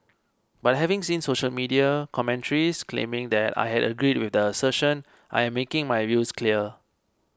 but having seen social media commentaries claiming that I had agreed with the assertion I am making my views clear